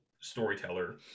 storyteller